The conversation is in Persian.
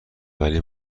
ولی